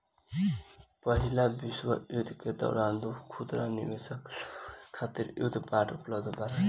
पहिला विश्व युद्ध के दौरान खुदरा निवेशक लोग खातिर युद्ध बांड उपलब्ध रहे